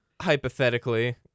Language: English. hypothetically